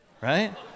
right